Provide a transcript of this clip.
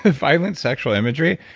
violence, sexual imagery.